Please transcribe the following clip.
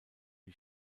die